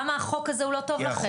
למה החוק הזה הוא לא טוב לכם?